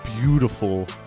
beautiful